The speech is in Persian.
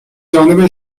جانب